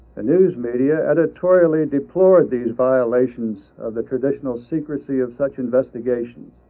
the news media editorially deplored these violations of the traditional secrecy of such investigations,